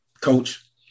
coach